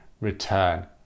return